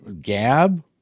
Gab